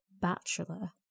bachelor